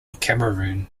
cameroon